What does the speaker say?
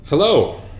Hello